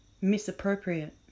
Misappropriate